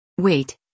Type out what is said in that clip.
Wait